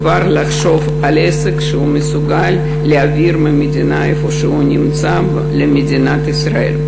כבר לחשוב על עסק שהוא מסוגל להעביר מהמדינה שהוא נמצא בה למדינת ישראל.